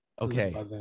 Okay